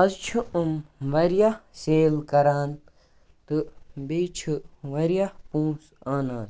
آز چھُ أم واریاہ سیل کران تہٕ بیٚیہِ چھِ واریاہ پوٛنسہٕ اَنان